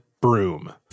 broom